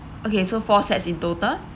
okay so four sets in total